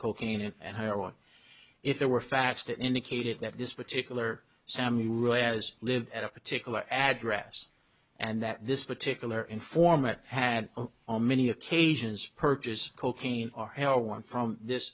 cocaine and heroin if there were facts that indicated that this particular semi were as live at a particular address and that this particular informant had on many occasions purchased cocaine or heroin from this